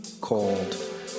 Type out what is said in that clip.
called